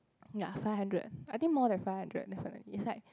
ya five hundred I think more than five hundred definitely is like